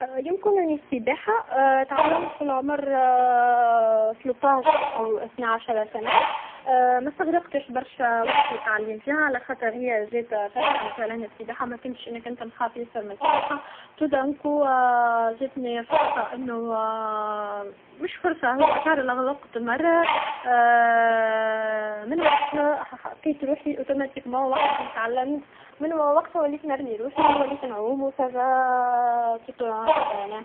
يمكنني السباحه تعلمت فالعمر ثلطاش او اثناعشر سنه مستغرقتش برشا وقت للتعليم فيها خاطر هي جات فجاه مثلا السباحه انا مكنتش انا كنت نخاف ياسر من السباحه تودانكو جاتني فرصه انو مش فرصه هو شعره لغرقت مره من وقتها لقيت روحي اوتوماتيكمون وحدي تعلمت من وقتها وليت نرمي روحي وليت نعوم و سافا